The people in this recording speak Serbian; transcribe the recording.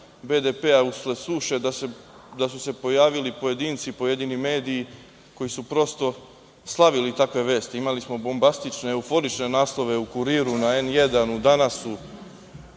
BDP usled suše, da su se pojavili pojedinci, pojedini mediji koji su prosto slavili takve vesti. Imali smo bombastične, euforične naslove u „Kuriru“, na N1, u „Danasu“,